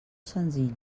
senzill